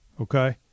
Okay